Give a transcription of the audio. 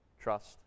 trust